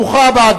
ברוכה הבאה,